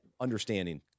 understanding